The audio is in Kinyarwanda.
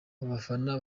abafana